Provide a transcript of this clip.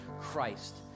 Christ